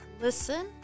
Listen